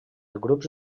grups